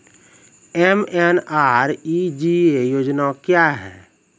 MNREGA योजना क्या हैं?